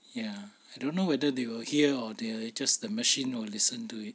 ya I don't know whether they will hear or they just the machine will listen to it